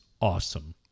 awesome